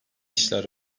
işler